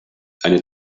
eine